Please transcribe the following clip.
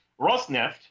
Rosneft